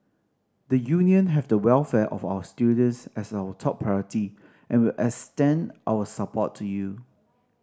the Union have the welfare of our students as our top priority and will extend our support to you